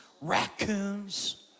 raccoons